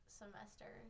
semester